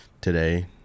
today